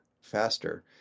faster